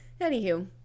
Anywho